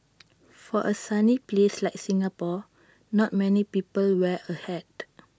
for A sunny place like Singapore not many people wear A hat